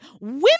women